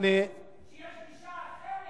אני פשוט רציתי